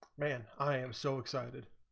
man i am so excited